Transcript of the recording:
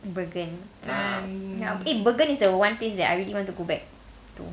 bergen eh bergen is the one place that I really want to go back to